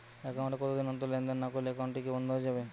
Account এ কতদিন অন্তর লেনদেন না করলে একাউন্টটি কি বন্ধ হয়ে যাবে?